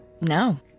No